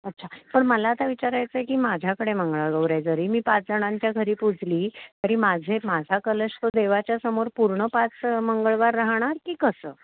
अच्छा पण मला आता विचारायचं आहे की माझ्याकडे मंगळागौर आहे जरी मी पाचजणांच्या घरी पुजली तरी माझे माझा कलश तो देवाच्यासमोर पूर्ण पाच मंगळवार राहणार की कसं